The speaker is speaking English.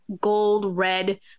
gold-red